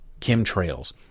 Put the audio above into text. chemtrails